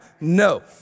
no